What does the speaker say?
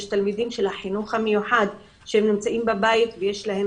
יש תלמידים של החינוך המיוחד שנמצאים בבית ויש להם